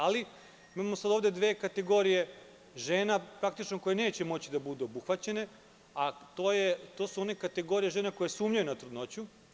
Ali, imamo ovde dve kategorije žena koje neće moći da budu obuhvaćene, a to su one kategorije žena koje sumnjaju na trudnoću.